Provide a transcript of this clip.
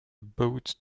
boat